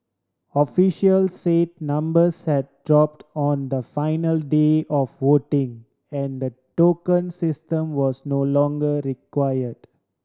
officials say numbers had dropped on the final day of voting and the token system was no longer required